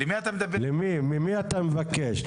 ממי אתה מבקש?